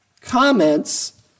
comments